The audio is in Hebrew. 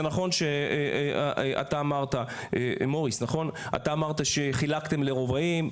זה נכון שאתה אמרת שחילקתם לרובעים,